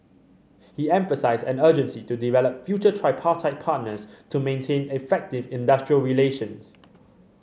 he emphasised an urgency to develop future tripartite partners to maintain effective industrial relations